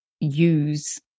use